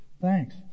Thanks